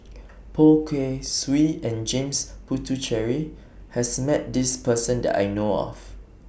Poh Kay Swee and James Puthucheary has Met This Person that I know of